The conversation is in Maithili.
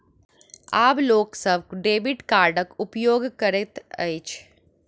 आब लोक सभ डेबिट कार्डक उपयोग करैत अछि